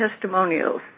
testimonials